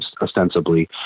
ostensibly